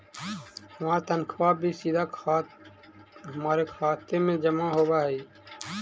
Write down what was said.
हमार तनख्वा भी सीधा हमारे खाते में जमा होवअ हई